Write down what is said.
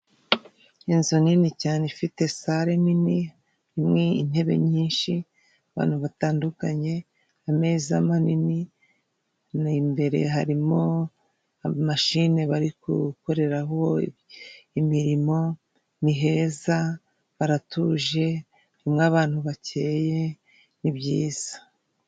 Inzu nini cyane ifite sale nini irimo intebe nyinshi abantu batandukanye, ameza manini n'imbere harimo mashine bari kukoreraho imirimo ni heza baratuje harimo abantu bakeye ni byiza.